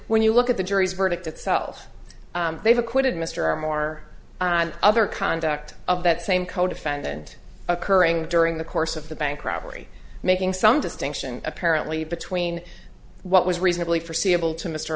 when you look at the jury's verdict itself they've acquitted mr moore and other conduct of that same codefendant occurring during the course of the bank robbery making some distinction apparently between what was reasonably forseeable to mr